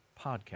podcast